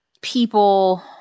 people